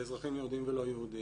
לאזרחים יהודים ולא יהודים,